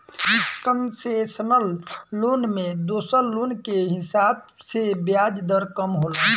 concessional loan में दोसर loan के हिसाब से ब्याज दर कम होला